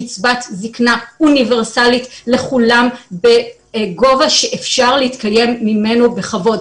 קצבת זקנה אוניברסלית לכולם בגובה שאפשר להתקיים ממנו בכבוד,